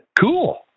Cool